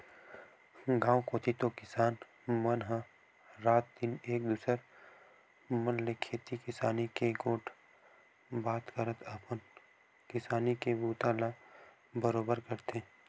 गाँव कोती तो किसान मन ह रात दिन एक दूसर मन ले खेती किसानी के गोठ बात करत अपन किसानी के बूता ला बरोबर करथे